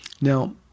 Now